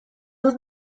dut